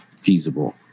feasible